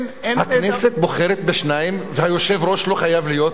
הכנסת בוחרת בשניים, והיושב-ראש לא חייב להיות,